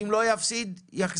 אם הוא לא יפסיד הוא יחזיר.